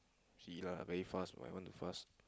see lah very fast what I want to fast